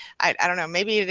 i don't know, maybe.